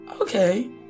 okay